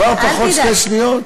כבר פחות שתי שניות?